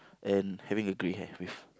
and having a grey hair with